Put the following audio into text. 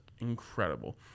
incredible